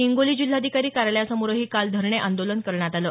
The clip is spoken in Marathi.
हिंगोली जिल्हाधिकारी कार्यालयासमोरही काल धरणे आंदोलन करण्यात आलं